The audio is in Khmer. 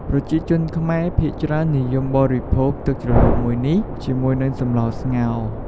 ប្រជាជនខ្មែរភាគច្រើននិយមបរិភោគទឹកជ្រលក់មួយនេះ ជាមួយនឹងសម្លស្ងោរ។